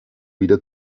wieder